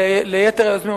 ליתר היוזמים,